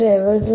H